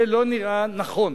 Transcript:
זה לא נראה נכון,